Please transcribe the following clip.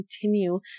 continue